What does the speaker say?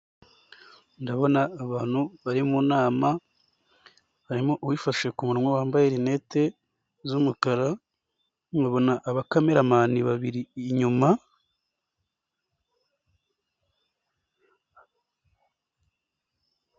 Abantu bari mu nama harimo uwifashe kumunwa wambaye rinete z'umukara, harimo abakamera mani babiri inyuma.